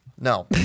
No